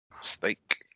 Steak